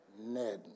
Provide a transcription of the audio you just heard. Ned